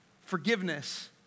Forgiveness